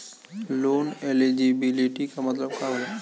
Loan eligibility का मतलब का होला?